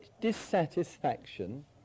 dissatisfaction